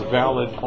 valid